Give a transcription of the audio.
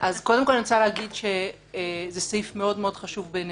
אז קודם כול אני רוצה להגיד שזה סעיף מאוד חשוב בעינינו.